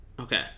Okay